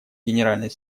генеральный